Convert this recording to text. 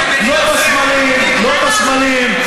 לא בסמלים,